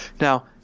now